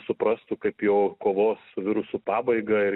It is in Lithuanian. suprastų kaip jau kovos su virusu pabaigą ir